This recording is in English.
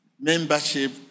membership